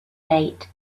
night